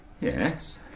Yes